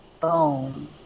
Boom